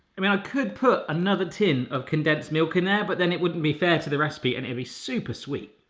i mean i could put another tin of condensed milk in there. but then it wouldn't be fair to the recipe. and it'll be super sweet.